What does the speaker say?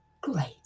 great